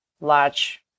large